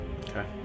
Okay